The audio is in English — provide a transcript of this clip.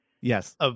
Yes